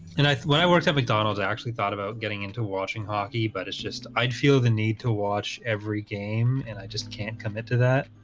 and i when i worked at mcdonald's i actually thought about getting into watching hockey but it's just i'd feel the need to watch every game and i just can't come into that